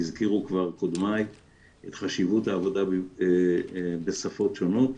הזכירו כבר קודמיי את חשיבות העבודה בשפות שונות,